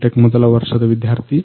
tech ಮೊದಲ ವರ್ಷದ ವಿಧ್ಯಾರ್ಥಿ